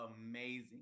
amazing